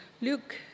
Luke